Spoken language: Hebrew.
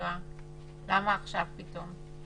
שבשגרה למה עכשיו פתאום?